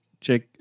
check